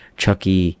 Chucky